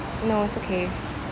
no it's okay